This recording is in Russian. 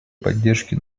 поддержке